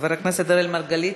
חבר הכנסת אראל מרגלית,